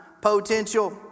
potential